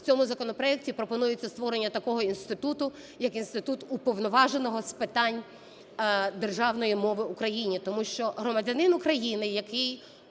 В цьому законопроекті пропонується створення такого інституту як інститут уповноваженого з питань державної мови в Україні. Тому що громадянин України, який